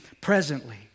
presently